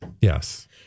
Yes